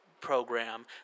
program